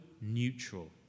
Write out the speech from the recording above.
neutral